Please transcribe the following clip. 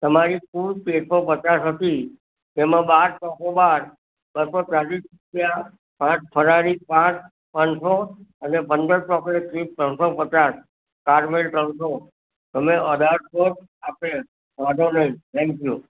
તમારી કુલ તેરસો પચાસ હતી તેમાં બાર ચોકોબાર બસો ચાલીસ રૂપિયા પાંચ ફરાળી પાંચ પાંચસો અને પંદર ચોકલેટ ચિપ્સ ત્રણસો પચાસ કારમેલ ત્રણસો તમે અઢારસો આપેલ વાંધો નહીં થેન્ક્યુ